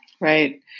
Right